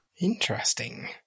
Interesting